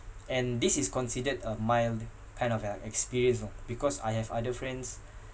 and this is considered a mild kind of like experience you know because I have other friends